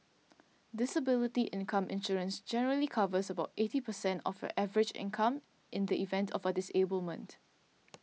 disability income insurance generally covers about eighty percent of your average income in the event of a disablement